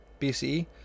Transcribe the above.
BCE